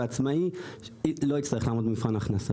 ועצמאי לא יצטרך לעמוד במבחן ההכנסה?